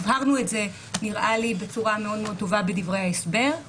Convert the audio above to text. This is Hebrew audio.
הבהרנו את זה נראה לי בצורה מאוד מאוד טובה בדברי ההסבר.